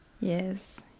Yes